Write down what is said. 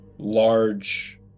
large